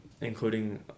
including